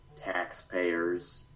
taxpayers